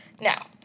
Now